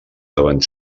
davant